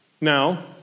now